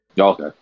Okay